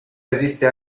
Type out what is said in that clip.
resiste